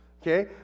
okay